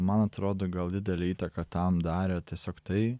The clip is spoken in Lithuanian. man atrodo gal didelę įtaką tam darė tiesiog tai